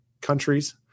countries